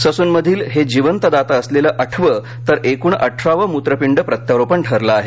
ससूनमधील हे जिवंत दाता असलेले आठवे तर एकूण अठरावे मूत्रपिंड प्रत्यारोपण ठरले आहे